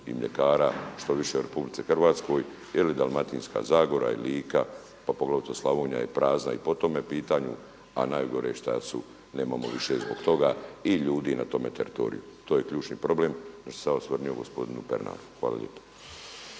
i mljekara što više u RH jer i Dalmatinska zagora i Lika, pa poglavito Slavonija je prazna i po tome pitanju a najgore što nemamo više zbog toga i ljudi na tome teritoriju. To je ključni problem na što sam se ja osvrnuo gospodinu Pernaru. Hvala lijepo.